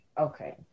Okay